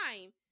time